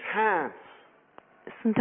hands